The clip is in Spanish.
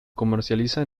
comercializa